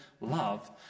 love